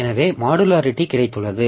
எனவே மாடுலாரிட்டி கிடைத்துள்ளது